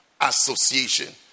association